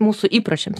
mūsų įpročiams